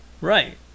Right